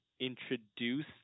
introduce